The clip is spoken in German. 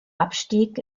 abstieg